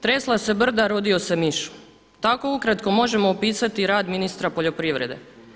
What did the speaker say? Tresla se brda, rodio se miš“, tako ukratko možemo opisati rad ministra poljoprivrede.